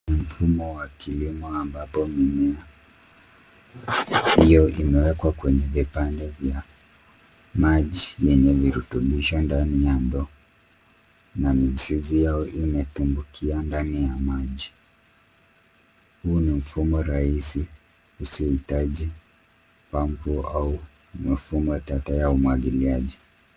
Ni mfumo wa kilimo ambapo mimea hiyo imewekwa kwenye vipande vya maji yenye virutubisho ndani ya ndoo na mizizi hiyo imetumbukia ndani ya maji. Huu ni mfumo rahisi usiohitaji pampu au mifumo tata ya umwagiliaji.